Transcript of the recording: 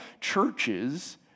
churches